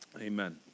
amen